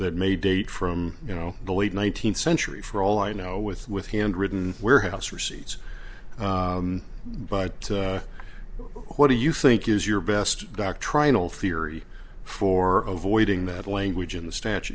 that may date from you know the late nineteenth century for all i know with with handwritten warehouse receipts but what do you think is your best doctrinal theory for ovoid ing that language in the statu